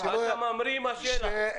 ראש.